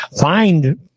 find